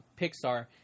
pixar